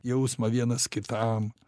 jausmą vienas kitam